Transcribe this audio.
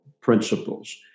principles